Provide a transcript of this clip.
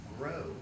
grow